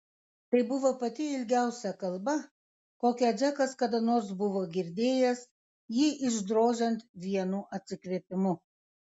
tai buvo pati ilgiausia kalba kokią džekas kada nors buvo girdėjęs jį išdrožiant vienu atsikvėpimu